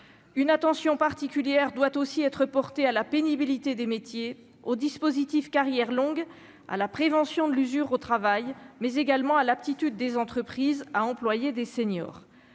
une attention particulière doit aussi être porté à la pénibilité des métiers au dispositif carrières longues à la prévention de l'usure au travail, mais également à l'aptitude des entreprises à employer des seniors,